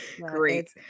great